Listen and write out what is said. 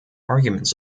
arguments